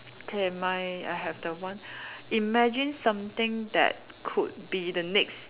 K my I have the one imagine something that could be the next